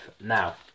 now